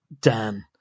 Dan